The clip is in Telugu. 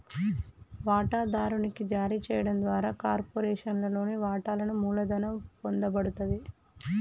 వాటాదారునికి జారీ చేయడం ద్వారా కార్పొరేషన్లోని వాటాలను మూలధనం పొందబడతది